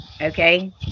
okay